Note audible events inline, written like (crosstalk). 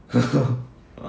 (laughs)